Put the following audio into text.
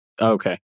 okay